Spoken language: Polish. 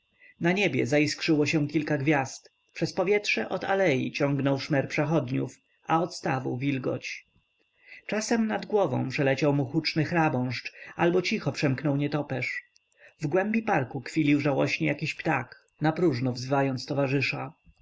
na niebie zaiskrzyło się kilka gwiazd przez powietrze od alei ciągnął szmer przechodniów a od stawu wilgoć czasem nad głową przeleciał mu huczny chrabąszcz albo cicho przemknął nietoperz w głębi parku kwilił żałośnie jakiś ptak napróżno wzywający towarzysza